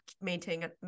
maintaining